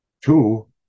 Two